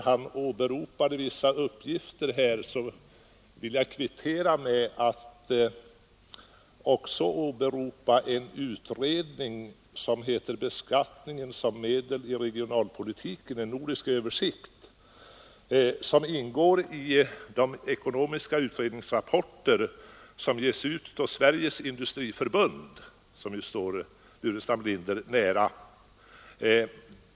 Han åberopade vissa uppgifter, och jag vill kvittera med att åberopa en utredning, som heter Beskattningen som medel i regionalpolitiken, en nordisk översikt. Den ingår i de ekonomiska utredningsrapporter som ges ut av Sveriges industriförbund, som står herr Burenstam Linder nära.